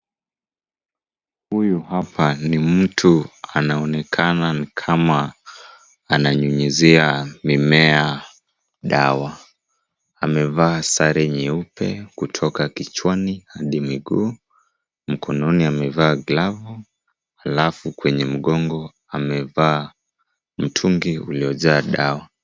Huyu hapa ni mtu anaonekana ni kama ananyunyizia mimea dawa. Amevaa sare nyeupe kutoka kichwani hadi miguu. Mkononi amevaa glavu halafu kwenye mgongo amevaa mtungi uliyojaa dawa.